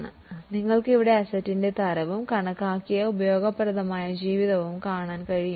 ഇപ്പോൾ നിങ്ങൾക്ക് ഇവിടെ അസറ്റിന്റെ തരവും കണക്കാക്കിയ ഉപയോഗപ്രദമായ ലൈഫും കാണാൻ കഴിയും